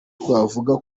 twavuga